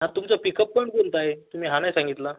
हां तुमचा pickup point कोणता आहे तुम्ही हा नाही सांगितला